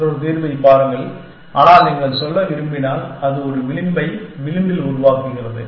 மற்றொரு தீர்வைப் பாருங்கள் ஆனால் நீங்கள் சொல்ல விரும்பினால் அது ஒரு விளிம்பை விளிம்பில் உருவாக்குகிறது